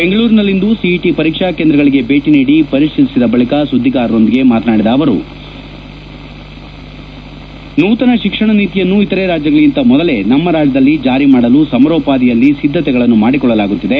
ಬೆಂಗಳೂರಿನಲ್ಲಿಂದು ಸಿಇಟಿ ಪರೀಕ್ಷಾ ಕೇಂದ್ರಗಳಿಗೆ ಭೇಟಿ ನೀಡಿ ಪರಿಶೀಲಿಸಿದ ಬಳಿಕ ಸುದ್ದಿಗಾರರೊಂದಿಗೆ ನೂತನ ಶಿಕ್ಷಣ ನೀತಿಯನ್ನು ಇತರೆ ರಾಜ್ಯಗಳಿಗಿಂತ ಮೊದಲೇ ನಮ್ಮ ರಾಜ್ಯದಲ್ಲಿ ಜಾರಿ ಮಾಡಲು ಸಮರೋಪಾದಿಯಲ್ಲಿ ಸಿದ್ದತೆಗಳನ್ನು ಮಾಡಿಕೊಳ್ಳಲಾಗುತ್ತಿದೆ